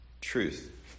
Truth